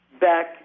back